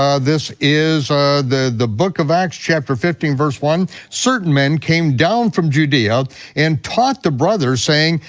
ah this is the the book of acts, chapter fifteen, verse one. certain men came down from judea and taught the brother, saying,